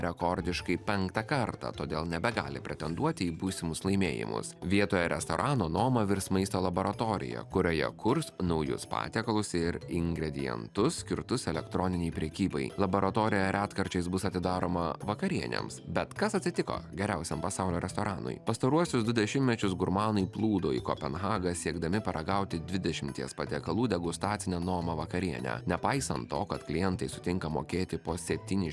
rekordiškai penktą kartą todėl nebegali pretenduoti į būsimus laimėjimus vietoje restorano noma virs maisto laboratorija kurioje kurs naujus patiekalus ir ingredientus skirtus elektroninei prekybai laboratorija retkarčiais bus atidaroma vakarienėms bet kas atsitiko geriausiam pasaulio restoranui pastaruosius du dešimtmečius gurmanai plūdo į kopenhagą siekdami paragauti dvidešimties patiekalų degustacinę noma vakarienę nepaisant to kad klientai sutinka mokėti po septynis